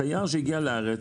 תייר שהגיע לארץ,